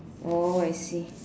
oh I see